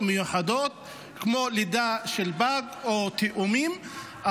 מיוחדות כמו לידה של פג או של תאומים,